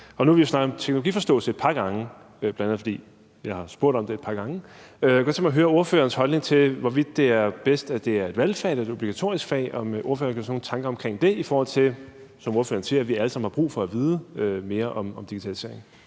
Nu har vi jo snakket om teknologiforståelse et par gange, bl.a. fordi jeg har spurgt om det et par gange, og jeg kunne godt tænke mig at høre ordførerens holdning til, hvorvidt det er bedst, at det er et valgfag eller et obligatorisk fag. Har ordføreren gjort sig nogle tanker om det, i forhold til, som ordføreren siger, at vi alle sammen har brug for at vide mere om digitalisering?